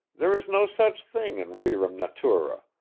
there is no such thing in rerum natura.